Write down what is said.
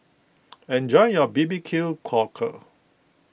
enjoy your B B Q Cockle